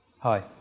Hi